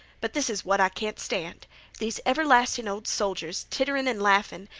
but this is what i can't stand these everlastin' ol' soldiers, titterin' an' laughin',